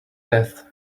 death